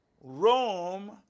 Rome